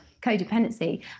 codependency